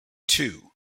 two